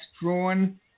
drawn